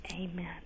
Amen